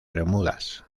bermudas